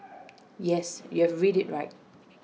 yes you've read IT right